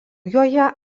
joje